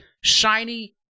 shiny